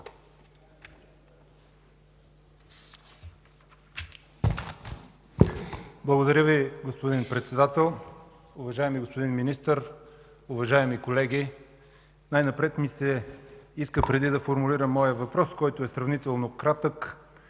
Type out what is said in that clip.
Благодаря Ви, господин Председател. Уважаеми господин Министър, уважаеми колеги, най-напред ми се иска, преди да формулирам моят въпрос, който е сравнително кратък,